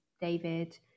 David